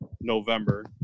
November